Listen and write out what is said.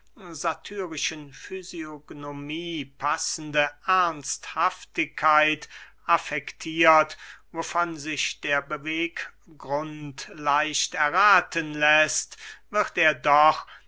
satyrischen fysionomie passende ernsthaftigkeit affektiert wovon sich der beweggrund leicht errathen läßt wird er doch